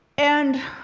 and